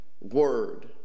word